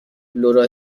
لورا